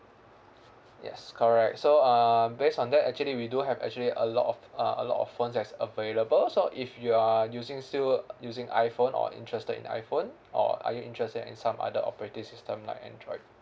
yes correct so uh based on that actually we do have actually a lot of uh a lot of phone that's available so if you are using still using iphone or interested in iphone or are you interested in some other operating system like android